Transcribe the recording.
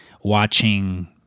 watching